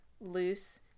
loose